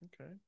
okay